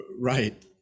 right